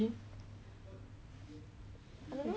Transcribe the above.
I don't know eh ya then after that I went